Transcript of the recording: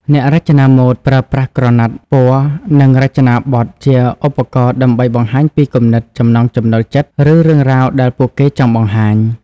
អ្នករចនាម៉ូដប្រើប្រាស់ក្រណាត់ ពណ៌ និងរចនាបទ ជាឧបករណ៍ដើម្បីបង្ហាញពីគំនិត ចំណង់ចំណូលចិត្ត ឬរឿងរ៉ាវដែលពួកគេចង់បង្ហាញ។